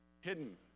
hidden